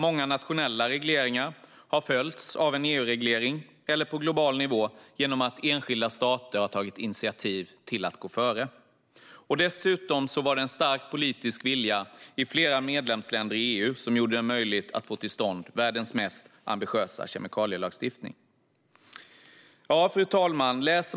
Många nationella regleringar har faktiskt följts av EU-regleringar eller regleringar på global nivå genom att enskilda stater har tagit initiativ till att gå före. Dessutom var det en stark politisk vilja i flera medlemsländer i EU som gjorde det möjligt att få till stånd världens mest ambitiösa kemikalielagstiftning. Fru talman!